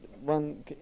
one